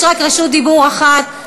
יש רק רשות דיבור לחברת כנסת אחת.